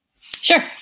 Sure